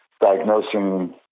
diagnosing